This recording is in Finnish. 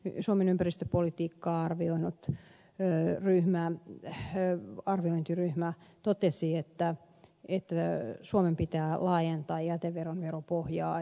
oecdn suomen ympäristöpolitiikkaa arvioinut arviointiryhmä totesi että suomen pitää laajentaa jäteveron veropohjaa